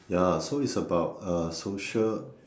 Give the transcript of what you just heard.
ya so it's about uh social